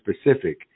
specific